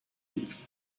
thief